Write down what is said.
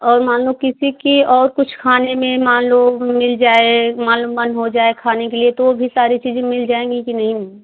और मान लो किसी की और कुछ खाने में मान लो मिल जाए मन मन हो जाए खाने के लिए तो भी सारी चीजैन मिल जाएँगी कि नहीं